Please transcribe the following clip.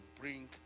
bring